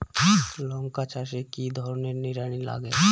লঙ্কা চাষে কি ধরনের নিড়ানি লাগে?